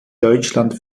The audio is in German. deutschland